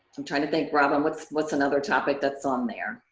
i'm trying to think, robin, what's what's another topic that's on there?